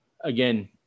Again